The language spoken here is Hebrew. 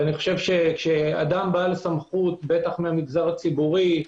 ואני חושב שכשאדם בעל סמכות, בטח מהמגזר הציבורי,